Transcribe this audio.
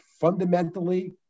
fundamentally